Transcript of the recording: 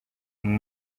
kandi